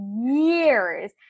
years